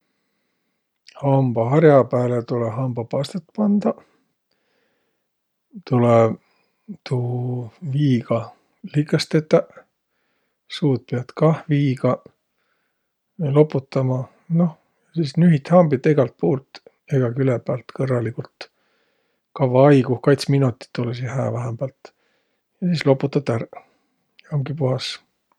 Hambahar'a pääle tulõ hambapastat pandaq. Tulõ tuu viiga likõs tetäq. Suud piät kah viiga loputama. Noh, ja sis nühit hambit egält puult, egä küle päält kõrraligult kavva aigu, kats minotit olõsiq hää vähämbält, ja sis loputat ärq. Ja umgi puhas.